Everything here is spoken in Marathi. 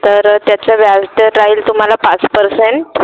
तर त्याचं व्याज तर राहील तुम्हाला पाच पर्सेंट